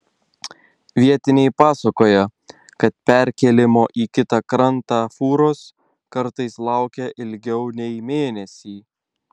vietiniai pasakoja kad perkėlimo į kitą krantą fūros kartais laukia ilgiau nei mėnesį